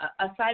Aside